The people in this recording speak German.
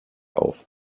auf